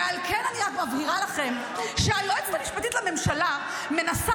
ועל כן אני רק מבהירה לכם שהיועצת המשפטית לממשלה מנסה